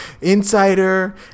insider